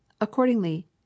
accordingly